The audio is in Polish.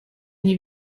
nie